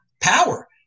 power